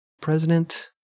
President